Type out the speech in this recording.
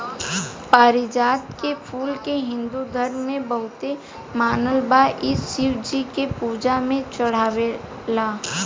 पारिजात के फूल के हिंदू धर्म में बहुते मानल बा इ शिव जी के पूजा में चढ़ेला